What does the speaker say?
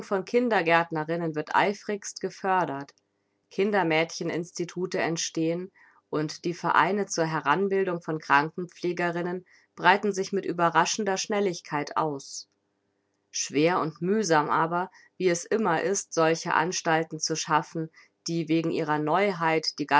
von kindergärtnerinnen wird eifrigst gefördert kindermädchen institute entstehen und die vereine zur heranbildung von krankenpflegerinnen breiten sich mit überraschender schnelligkeit aus schwer und mühsam aber wie es immer ist solche anstalten zu schaffen die wegen ihrer neuheit die